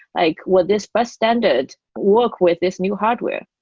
like will this bus standard work with this new hardware?